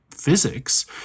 physics